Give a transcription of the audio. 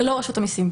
לא רשות המיסים.